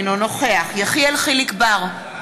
אינו נוכח יחיאל חיליק בר,